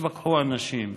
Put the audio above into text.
התווכחו אנשים,